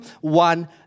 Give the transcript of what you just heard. one